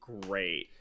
great